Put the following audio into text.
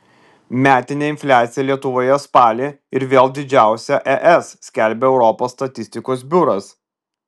metinė infliacija lietuvoje spalį ir vėl didžiausia es skelbia europos statistikos biuras